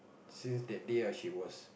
since that day ah she was